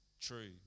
true